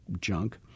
junk